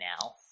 now